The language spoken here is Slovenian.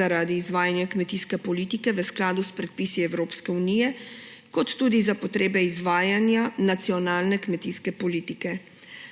zaradi izvajanja kmetijske politike v skladu s predpisi Evropske unije in za potrebe izvajanja nacionalne kmetijske politike.